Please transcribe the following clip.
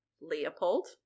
Leopold